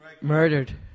Murdered